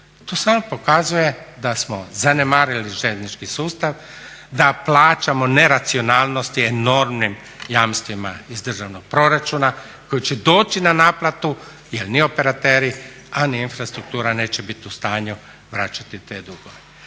To samo pokazuje da smo zanemarili željeznički sustav, da plaćamo neracionalnosti enormnim jamstvima iz državnog proračuna koji će doći na naplatu jer ni operateri a ni infrastruktura neće biti u stanju vraćati te dugove.